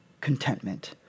contentment